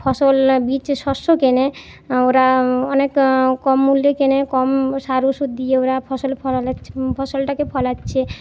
ফসল বীজ শস্য কেনে ওরা অনেক কম মূল্যে কেনে কম সার ওষুধ দিয়ে ওরা ফসল ফলালেছ ফসলটাকে ফলাচ্ছে